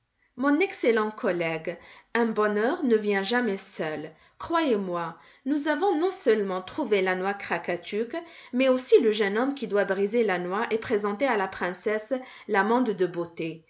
mon excellent collègue un bonheur ne vient jamais seul croyez-moi nous avons non-seulement trouvé la noix krakatuk mais aussi le jeune homme qui doit briser la noix et présenter à la princesse l'amande de beauté